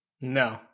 No